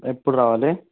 ఎప్పుడు రావాలి